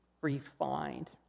refined